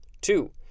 Two